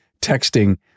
texting